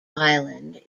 island